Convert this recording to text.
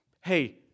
Hey